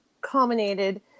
culminated